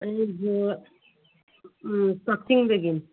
ꯑꯗꯨꯗꯣ ꯎꯝ ꯀꯛꯆꯤꯡꯗꯒꯤꯅꯤ